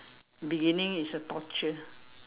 beginning is a torture